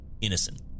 Innocent